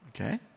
Okay